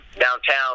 downtown